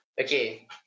Okay